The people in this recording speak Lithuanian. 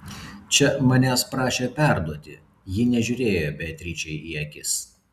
čia manęs prašė perduoti ji nežiūrėjo beatričei į akis